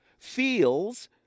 feels